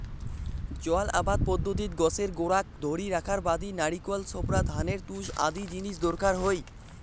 জল আবাদ পদ্ধতিত গছের গোড়াক ধরি রাখার বাদি নারিকল ছোবড়া, ধানের তুষ আদি জিনিস দরকার হই